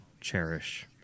cherish